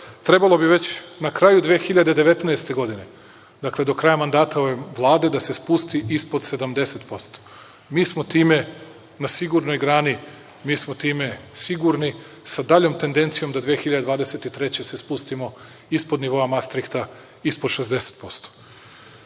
trebalo bi već na kraju 2019. godine, dakle do kraja mandata ove Vlade, da se spusti ispod 70%. Mi smo time na sigurnoj grani, mi smo time sigurni, sa daljom tendencijom da se 2023. godine spustimo ispod nivoa Mastrihta ispod